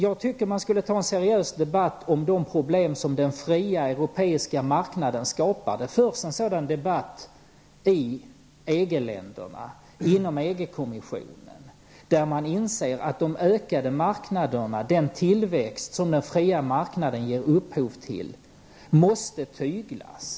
Jag tycker att man skulle ta en seriös debatt om de problem som den fria europeiska marknaden skapar. Det förs en sådan debatt i EG-länderna, inom EG-kommissionen, där man inser att de ökade marknaderna, den tillväxt som den fria marknaden ger upphov till, måste tyglas.